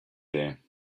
there